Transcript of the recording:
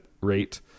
rate